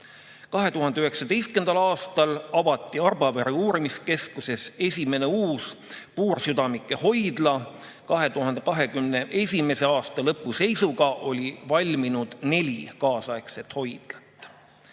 2019. a avati Arbavere uurimiskeskuses esimene uus puursüdamike hoidla, 2021. a lõpu seisuga on valmis neli kaasaegset hoidlat."